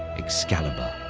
excalibur.